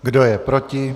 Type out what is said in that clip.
Kdo je proti?